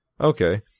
Okay